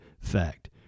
fact